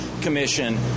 Commission